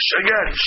again